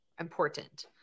important